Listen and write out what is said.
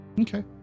Okay